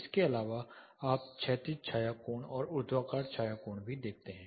इसके अलावा आप क्षैतिज छाया कोण और ऊर्ध्वाधर छाया कोण भी देखते हैं